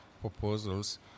proposals